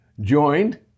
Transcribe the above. joined